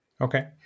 Okay